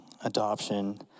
Adoption